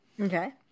Okay